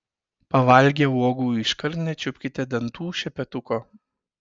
pavalgę uogų iškart nečiupkite dantų šepetuko